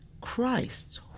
Christ